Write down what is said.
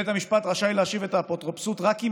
בית המשפט רשאי להשיב את האפוטרופסות רק אם